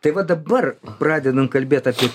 tai va dabar pradedant kalbėt apie